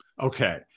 Okay